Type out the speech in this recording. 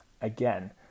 Again